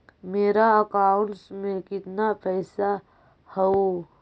मेरा अकाउंटस में कितना पैसा हउ?